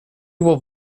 will